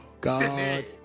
god